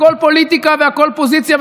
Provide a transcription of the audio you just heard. הכול פוליטיקה והכול פוזיציה,